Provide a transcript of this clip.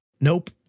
nope